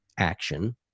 action